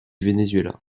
venezuela